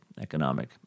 economic